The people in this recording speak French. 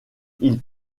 ils